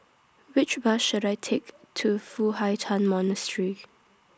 Which Bus should I Take to Foo Hai Ch'An Monastery